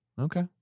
Okay